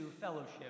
fellowship